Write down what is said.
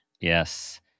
Yes